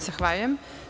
Zahvaljujem.